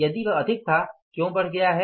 यदि यह अधिक था क्यों बढ़ गया है